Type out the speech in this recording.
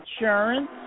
insurance